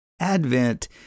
Advent